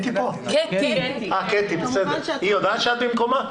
היא יודעת שאת במקומה?